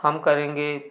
हम करेंगे